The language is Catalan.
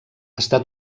està